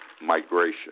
migration